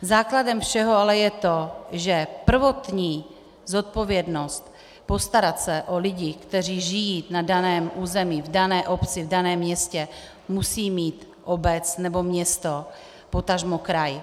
Základem všeho ale je to, že prvotní zodpovědnost postarat se o lidi, kteří žijí na daném území, v dané obci, v daném městě, musí mít obec nebo město, potažmo kraj.